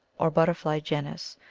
or butterfly genus,